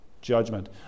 judgment